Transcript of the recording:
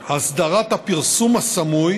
הסדרת הפרסום הסמוי